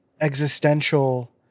existential